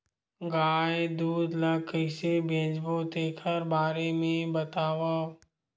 गाय दूध ल कइसे बेचबो तेखर बारे में बताओ?